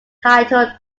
title